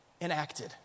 enacted